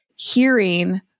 hearing